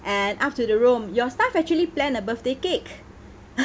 and up to the room your staff actually planned a birthday cake